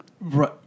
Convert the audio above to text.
Right